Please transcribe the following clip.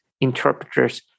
interpreters